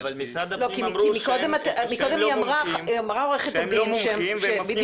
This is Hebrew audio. אבל משרד הפנים אמרו שהם לא מומחים והם מפנים אליכם.